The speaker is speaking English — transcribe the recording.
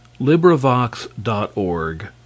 LibriVox.org